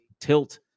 tilt